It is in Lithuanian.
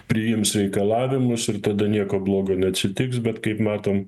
priims reikalavimus ir tada nieko blogo neatsitiks bet kaip matom